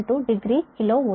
7272 degree KV